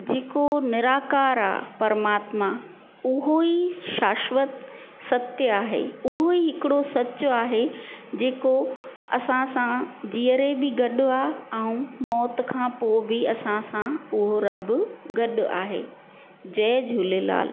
जेको निराकारु आहे परमातमा उहो ई शाश्वत सत्य आहे उहो ई हिकिड़ो सचु आहे जेको असां सां जीअरे बि गॾु आहे ऐं मौत खं पोइ बि असां सां उहो रब गॾु आहे जय झूलेलाल